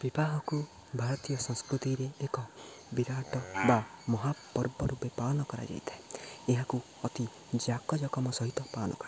ବିବାହକୁ ଭାରତୀୟ ସଂସ୍କୃତିରେ ଏକ ବିରାଟ ବା ମହାପର୍ବ ରୂପେ ପାଳନ କରାଯାଇଥାଏ ଏହାକୁ ଅତି ଜାକଜକମ ସହିତ ପାଳନ କରାଯାଏ